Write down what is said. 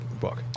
book